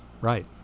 Right